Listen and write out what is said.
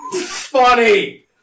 funny